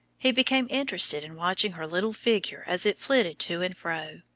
he became interested in watching her little figure as it flitted to and fro,